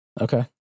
okay